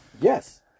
yes